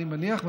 אני מניח,